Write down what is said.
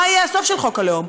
מה יהיה הסוף של חוק הלאום,